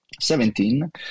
Seventeen